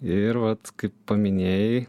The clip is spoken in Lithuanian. ir vat kaip paminėjai